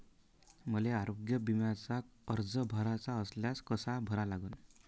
मले आरोग्य बिम्याचा अर्ज भराचा असल्यास कसा भरा लागन?